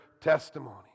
testimony